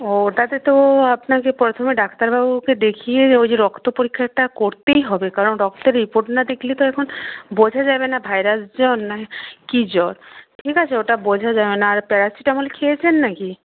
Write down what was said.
ও ওটাতে তো আপনাকে প্রথমে ডাক্তারবাবুকে দেখিয়েই ওই যে রক্ত পরীক্ষাটা করতেই হবে কারণ রক্তের রিপোর্ট না দেখলে তো এখন বোঝা যাবে না ভাইরাস জ্বর না কী জ্বর ঠিক আছে ওটা বোঝা যাবে না আর প্যারাসিটামল খেয়েছেন না কি